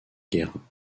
guérin